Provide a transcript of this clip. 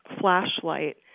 flashlight